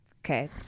Okay